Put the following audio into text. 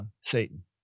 Satan